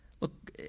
Look